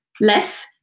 less